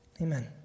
Amen